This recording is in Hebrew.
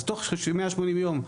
תוך 180 יום,